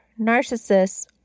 narcissists